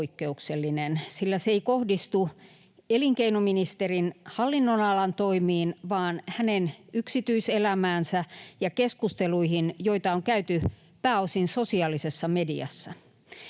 sillä se ei kohdistu elinkeinoministerin hallinnonalan toimiin vaan hänen yksityiselämäänsä ja keskusteluihin, joita on käyty pääosin sosiaalisessa mediassa.